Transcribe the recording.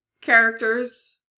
characters